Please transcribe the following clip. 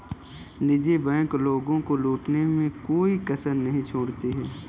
निजी बैंक लोगों को लूटने में कोई कसर नहीं छोड़ती है